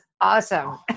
awesome